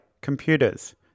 Computers